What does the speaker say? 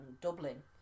Dublin